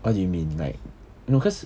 what do you mean like no cause